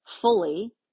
fully